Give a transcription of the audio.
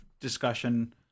discussion